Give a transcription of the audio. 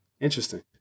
Interesting